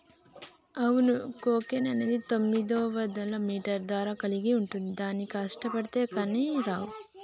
అవును కోకెన్ అనేది తొమ్మిదివందల మీటర్ల దారం కలిగి ఉంటుంది చానా కష్టబడితే కానీ రావు